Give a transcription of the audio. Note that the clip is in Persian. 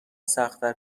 سختتر